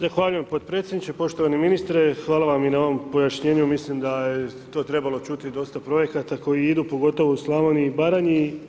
Zahvaljujem podpredsjedniče, poštovani ministre hvala vam i na ovom pojašnjenju mislim da je to trebalo čuti i dosta projekata koji idu pogotovo u Slavoniji i Baranji.